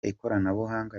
ikoranabuhanga